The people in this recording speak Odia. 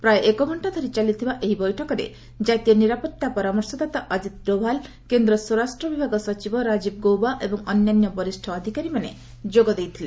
ପ୍ରାୟ ଏକଘଣ୍ଟା ଧରି ଚାଲିଥିବା ଏହି ବୈଠକରେ ଜାତୀୟ ନିରାପତ୍ତା ପରାମର୍ଶଦାତା ଅଜିତ ଡୋଭାଲ୍ କେନ୍ଦ୍ର ସ୍ୱରାଷ୍ଟ୍ର ବିଭାଗ ସଚିବ ରାଜୀବ ଗୌବା ଏବଂ ଅନ୍ୟାନ୍ୟ ବରିଷ୍ଣ ଅଧିକାରୀମାନେ ଏହି ବୈଠକରେ ଯୋଗଦେଇଥିଲେ